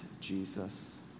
Jesus